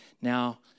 Now